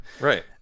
Right